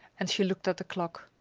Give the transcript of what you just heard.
and she looked at the clock.